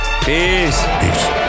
Peace